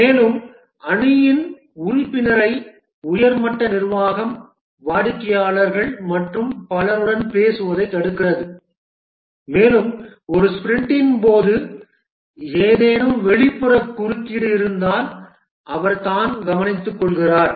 மேலும் அணியின் உறுப்பினரை உயர்மட்ட நிர்வாகம் வாடிக்கையாளர்கள் மற்றும் பலருடன் பேசுவதைத் தடுக்கிறது மேலும் ஒரு ஸ்பிரிண்டின் போது ஏதேனும் வெளிப்புற குறுக்கீடு இருந்தால் அவர் தான் கவனித்துக்கொள்கிறார்